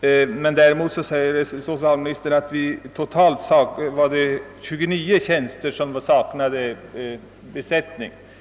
Socialministern sade emellertid också att det totalt var 29 tjänster som var obesatta.